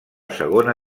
segona